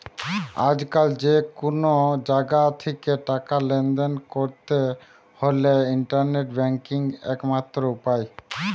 আজকাল যে কুনো জাগা থিকে টাকা লেনদেন কোরতে হলে ইন্টারনেট ব্যাংকিং একমাত্র উপায়